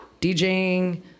DJing